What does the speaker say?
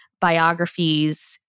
biographies